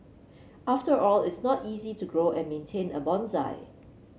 after all it's not easy to grow and maintain a bonsai